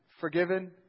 forgiven